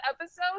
episode